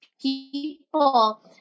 people